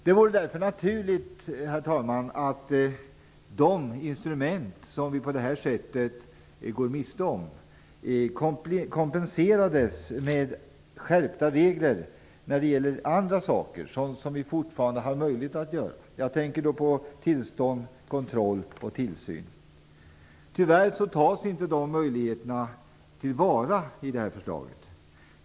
Det vore därför naturligt, herr talman, att de instrument som vi på det här sättet går miste om kompenserades med skärpta regler när det gäller sådant som vi fortfarande har möjlighet att göra. Jag tänker då på tillstånd, kontroll och tillsyn. Tyvärr tas inte de möjligheterna till vara i förslaget.